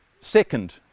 second